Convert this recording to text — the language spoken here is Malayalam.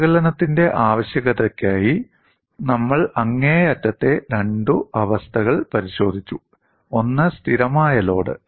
വിശകലനത്തിന്റെ ആവശ്യകതയ്ക്കായി നമ്മൾ അങ്ങേയറ്റത്തെ രണ്ട് അവസ്ഥകൾ പരിശോധിച്ചു ഒന്ന് സ്ഥിരമായ ലോഡ്